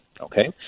okay